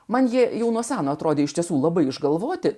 man ji jau nuo seno atrodė iš tiesų labai išgalvoti